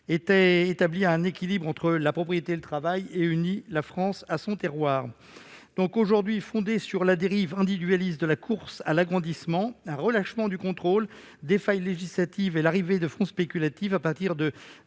1960, établit un équilibre entre la propriété et le travail et unit la France à son terroir. Fondée sur la dérive individualiste de la course à l'agrandissement, un relâchement du contrôle, des failles législatives et, depuis 2008, l'arrivée de fonds spéculatifs, une